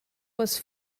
was